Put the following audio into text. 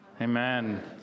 Amen